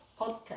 podcast